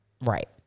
right